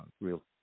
real